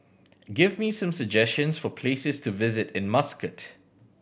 give me some suggestions for places to visit in Muscat